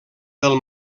del